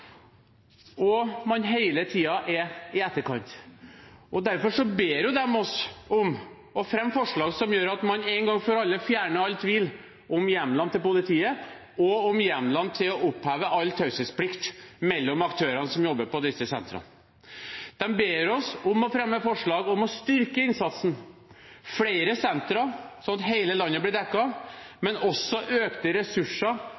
Man er hele tiden i etterkant. Derfor ber de oss om å fremme forslag som gjør at man en gang for alle fjerner all tvil om hjemlene til politiet og om hjemlene til å oppheve all taushetsplikt mellom aktørene som jobber på disse sentrene. De ber oss om å fremme forslag om å styrke innsatsen – flere sentre, slik at hele landet blir dekket, men også økte ressurser,